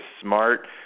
smart